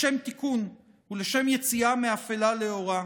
לשם תיקון ולשם יציאה מאפלה לאורה.